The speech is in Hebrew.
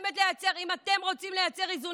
אם אתם רוצים לייצר איזונים חדשים,